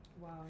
Wow